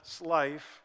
life